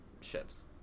ships